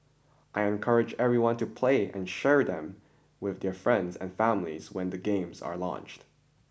I encourage everyone to play and share them with their friends and families when the games are launched